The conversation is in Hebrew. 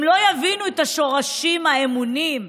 הם לא יבינו את השורשים האמוניים,